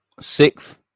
Sixth